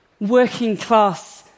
working-class